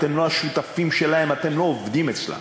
אתם לא השותפים שלהם, אתם לא עובדים אצלם.